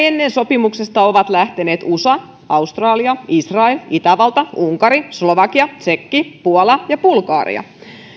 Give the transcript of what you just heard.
ennen sopimuksesta ovat lähteneet usa australia israel itävalta unkari slovakia tsekki puola ja bulgaria